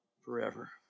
forever